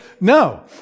No